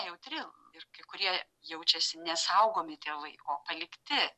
jautri ir kurie jaučiasi nesaugomi tėvai o palikti